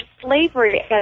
slavery